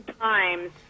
times